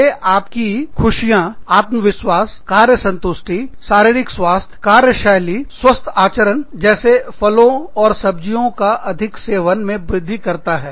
ये आपकी खुशियां आत्मविश्वास कार्य संतुष्टि शारीरिक स्वास्थ्य कार्यशैली कार्यनीति स्वस्थ आचरण जैसे फलों और सब्जियों का अधिक सेवन में वृद्धि करता है